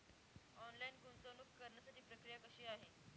Online गुंतवणूक करण्यासाठी प्रक्रिया कशी आहे?